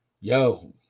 yo